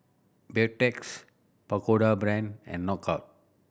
Beautex Pagoda Brand and Knockout